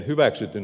ydinvoima